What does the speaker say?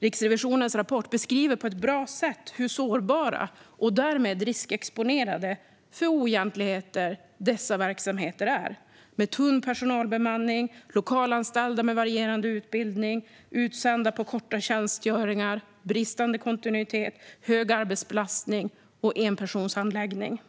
Riksrevisionens rapport beskriver på ett bra sätt hur sårbara och därmed riskexponerade för oegentligheter dessa verksamheter är med tunn personalbemanning, lokalanställda med varierande utbildning, utsända på korta tjänstgöringar och bristande kontinuitet, hög arbetsbelastning och enpersonshandläggning.